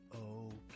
okay